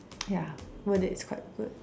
ya word is quite good